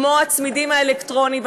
כמו הצמידים האלקטרוניים,